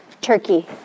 Turkey